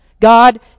God